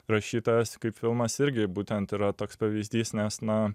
rašytojas kaip filmas irgi būtent yra toks pavyzdys nes na